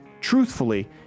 truthfully